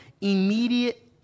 immediate